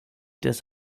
des